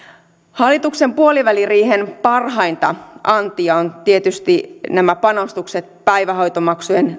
hallituksen puoliväliriihen parhainta antia ovat tietysti panostukset päivähoitomaksujen